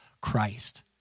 Christ